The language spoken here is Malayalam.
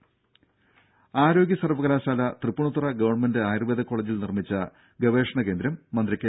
രുദ ആരോഗ്യ സർവ്വകലാശാല തൃപ്പൂണിത്തുറ ഗവൺമെന്റ് ആയുർവേദ കോളജിൽ നിർമ്മിച്ച ഗവേഷണ കേന്ദ്രം മന്ത്രി കെ